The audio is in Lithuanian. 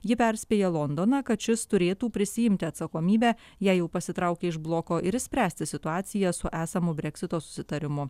ji perspėja londoną kad šis turėtų prisiimti atsakomybę jei jau pasitraukė iš bloko ir išspręsti situaciją su esamu breksito susitarimu